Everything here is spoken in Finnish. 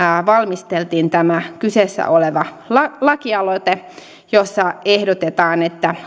valmisteltiin tämä kyseessä oleva lakialoite jossa ehdotetaan että